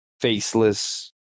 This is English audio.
faceless